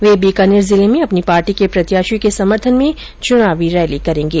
वे बीकानेर जिले में अपनी पार्टी के प्रत्याशी के समर्थन में चुनावी रैली करेंगे